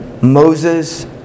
Moses